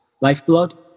Lifeblood